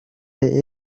del